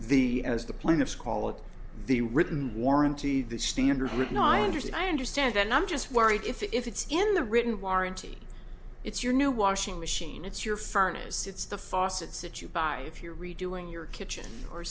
the as the plaintiffs call it the written warranty the standard would no i understand i understand and i'm just worried if it's in the written warranty it's your new washing machine it's your furnace it's the faucet sit you buy if you're redoing your kitchen or